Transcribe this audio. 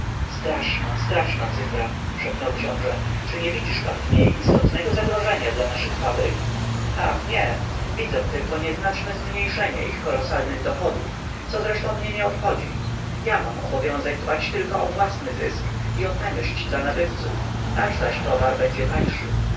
straszna straszna cyfra szepnął książe czy nie widzisz pan w niej istotnego niebezpieczeństwa dla naszych fabryk ach nie widzę tylko nieznaczne zmniejszenie ich kolosalnych dochodów co zresztą mnie nie obchodzi ja mam obowiązek dbać tylko o własny zysk i o taniość dla nabywców nasz zaś towar będzie tańszy